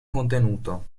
contenuto